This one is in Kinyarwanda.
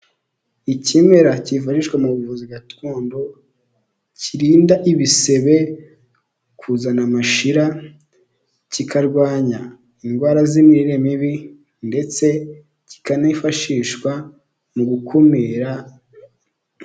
Ikimera kivurishwa mu buvuzi gakondo, kirinda ibisebe, kuzana mashyira, kikarwanya indwara z'imirire mibi, ndetse kikanifashishwa mu gukumira.